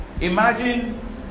Imagine